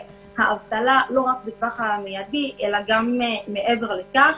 האבטלה לא רק בטווח המיידי אלא גם מעבר לכך.